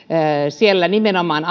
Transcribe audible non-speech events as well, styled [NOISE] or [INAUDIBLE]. siellä nimenomaan [UNINTELLIGIBLE]